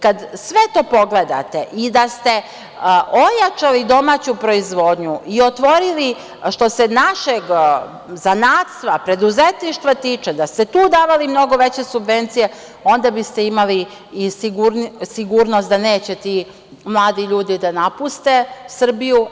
Kada sve to pogledate, i da ste ojačali domaću proizvodnju i otvorili što se našeg zanatstva, preduzetništva tiče, da ste tu davali mnogo veće subvencije, onda biste imali i sigurnost da neće ti mladi ljudi da napuste Srbiju.